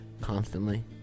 constantly